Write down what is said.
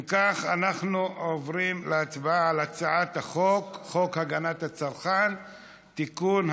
אם כך אנחנו עוברים להצבעה על הצעת החוק הגנת הצרכן (תיקון,